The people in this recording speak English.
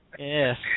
Yes